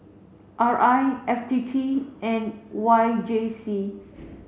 R I F T T and Y J C